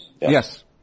Yes